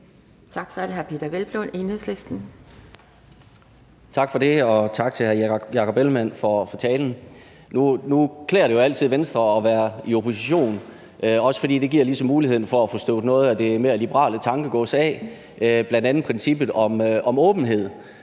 Tak for det, og tak til hr. Jakob Ellemann-Jensen for talen. Nu klæder det jo altid Venstre at være i opposition, også fordi det ligesom giver muligheden for at få støvet noget af det mere liberale tankegods af, bl.a. princippet om åbenhed.